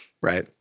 Right